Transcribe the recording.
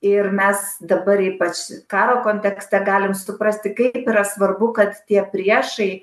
ir mes dabar ypač karo kontekste galim suprasti kaip yra svarbu kad tie priešai